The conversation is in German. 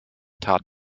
tat